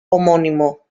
homónimo